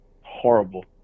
horrible